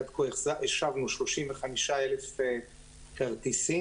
עד כה, השבנו 35,000 כרטיסים